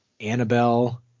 Annabelle